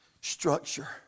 structure